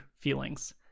Feelings